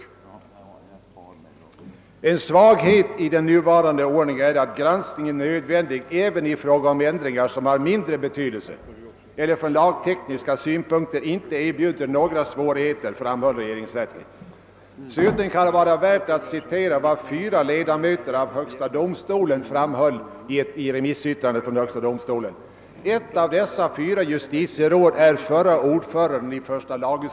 En svaghet i den nuvarande ordningen är att granskning är nödvändig även i fråga om ändringar, som har mindre betydelse eller från lagtekniska synpunkter inte erbjuder några svårigheter, framhöll regeringsrätten. Slutligen kan det vara värt att citera vad fyra ledamöter av högsta domstolen framhöll. Ett av dessa fyra justitieråd är tidigare ordföranden i första lagutskottet fru Gärde Widemar. Man bör inte alldeles bortse från vad dessa fyra justitieråd har sagt även om man väger det mot vad de 19 har sagt.